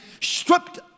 stripped